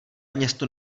město